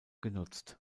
genutzt